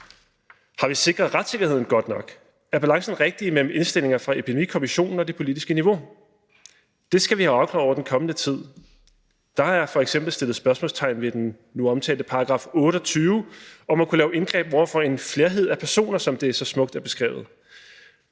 Har vi sikret retssikkerheden godt nok? Er balancen rigtig mellem indstillinger fra Epidemikommissionen og det politiske niveau? Det skal vi have afklaret i den kommende tid. Der er f.eks. sat spørgsmålstegn ved den nu omtalte § 28 om at kunne lave indgreb over for en flerhed af personer, som det så smukt er beskrevet.